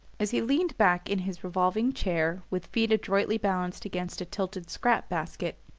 as he leaned back in his revolving chair, with feet adroitly balanced against a tilted scrap basket,